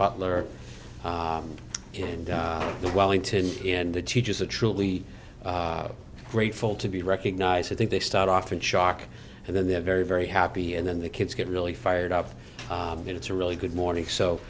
butler and the wellington and the teachers are truly grateful to be recognized i think they start off in shock and then they're very very happy and then the kids get really fired up and it's a really good morning